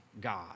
God